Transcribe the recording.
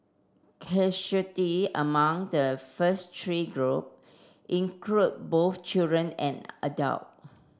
casualty among the first three group include both children and adult